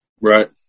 Right